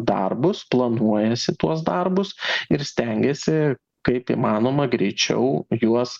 darbus planuojasi tuos darbus ir stengiasi kaip įmanoma greičiau juos